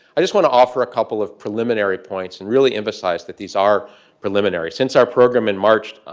i just want to offer a couple of preliminary points and really emphasize that these are preliminary. since our program in march,